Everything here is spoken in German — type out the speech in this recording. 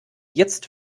jetzt